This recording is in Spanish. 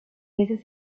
veces